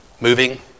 Moving